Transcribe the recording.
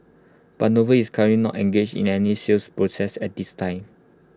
but noble is current not engaged in any sales process at this time